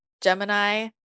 Gemini